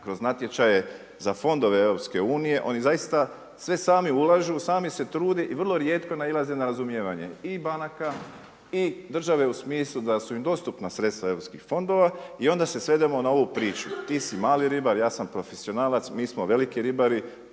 kroz natječaje za fondove EU. Oni zaista sve sami ulažu, sami se trude i vrlo rijetko nailaze na razumijevanje i banaka i države u smislu da su im dostupna sredstva europskih fondova i onda se svedemo na ovu priču ti si mali ribar, ja sam profesionalac, mi smo veliki ribari,